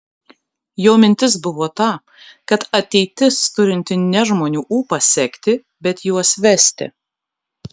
jo mintis buvo ta kad ateitis turinti ne žmonių ūpą sekti bet juos vesti